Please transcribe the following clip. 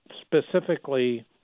specifically